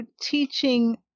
teaching